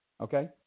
okay